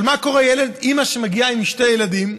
מה קורה עם אימא שמגיעה עם שני ילדים?